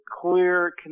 clear